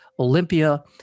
olympia